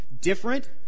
different